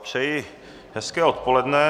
Přeji hezké odpoledne.